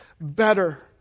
better